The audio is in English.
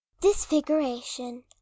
disfiguration